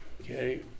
Okay